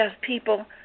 people